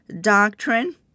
doctrine